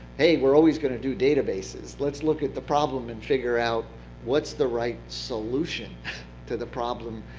hey, we're always going to do databases. let's look at the problem and figure out what's the right solution to the problem,